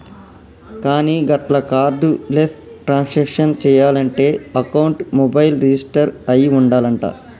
కానీ గట్ల cardless transaction చేయాలంటే అకౌంట్ మొబైల్ రిజిస్టర్ అయి ఉండాలంట